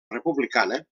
republicana